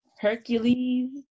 Hercules